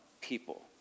people